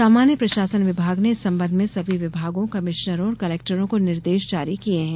सामान्य प्रशासन विभाग ने इस संबंध में सभी विभागों कमिश्नरों और कलेक्टरों को निर्देश जारी किये हैं